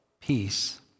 peace